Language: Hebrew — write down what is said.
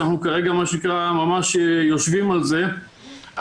שאנחנו כרגע ממש יושבים על זה -- חזי,